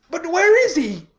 but where is he?